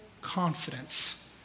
confidence